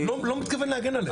אני לא מתכוון להגן עליהם.